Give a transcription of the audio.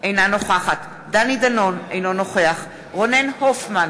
אינה נוכחת דני דנון, אינו נוכח רונן הופמן,